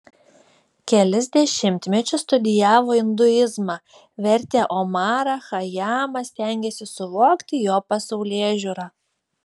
kelis dešimtmečius studijavo induizmą vertė omarą chajamą stengėsi suvokti jo pasaulėžiūrą